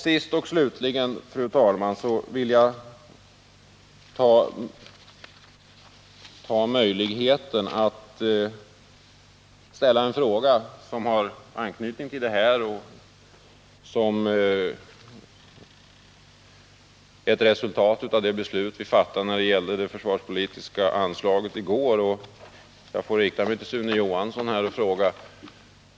Sist och slutligen, fru talman, vill jag ta tillfället i akt att ställa en fråga som har anknytning till det här ärendet och till det beslut om försvarspolitiska anslag som vi fattade i går.